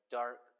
dark